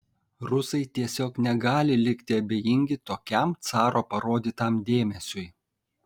rusai tiesiog negali likti abejingi tokiam caro parodytam dėmesiui